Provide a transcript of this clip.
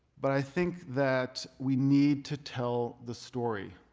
but i think that we need to tell the story.